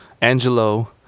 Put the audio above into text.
angelo